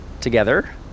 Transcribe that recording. together